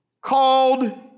called